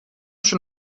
schon